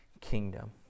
kingdom